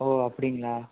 ஓ அப்படிங்களா